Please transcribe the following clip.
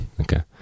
Okay